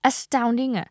Astounding